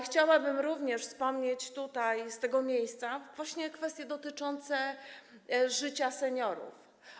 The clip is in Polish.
Chciałabym również wspomnieć tutaj, z tego miejsca, o kwestiach dotyczących życia seniorów.